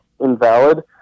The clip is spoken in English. invalid